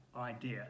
idea